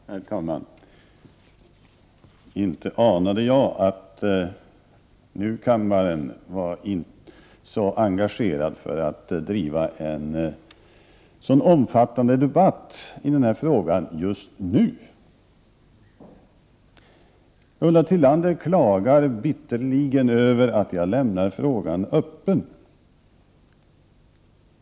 Herr talman! Inte anade jag att kammaren var så angelägen att driva en sådan omfattande debatt i den här frågan just nu. Ulla Tillander klagar bitterligen över att jag lämnar frågan öppen.